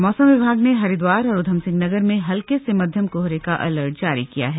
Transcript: और मौसम विभाग ने हरिद्वार और ऊधमसिंह नगर में हल्के से मध्यम कोहरे का अलर्ट जारी किया है